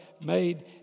made